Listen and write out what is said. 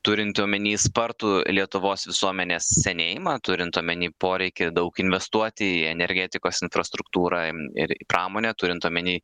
turint omeny spartų lietuvos visuomenės senėjimą turint omeny poreikį daug investuoti į energetikos infrastruktūrą ir pramonę turint omeny